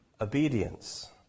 Obedience